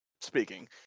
speaking